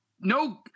no